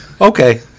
Okay